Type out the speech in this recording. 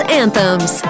anthems